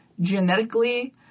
genetically